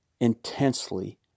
Intensely